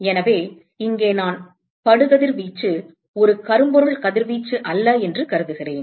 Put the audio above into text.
எனவே இங்கே நான் படு கதிர்வீச்சு ஒரு கரும்பொருள் கதிர்வீச்சு அல்ல என்று கருதுகிறேன்